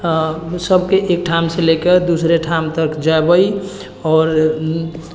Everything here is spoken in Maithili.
ओ सबके एकठाम से लेके दूसरे ठाम तक जेबै आओर